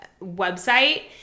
website